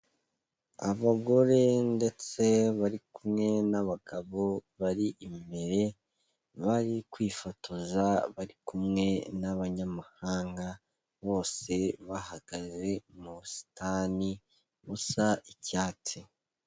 Abagore ndetse bari kumwe n'abagabo bari imbere, bari kwifotoza bari kumwe n'abanyamahanga bose bahagaze mu busitani busa icyatsi.